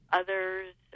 others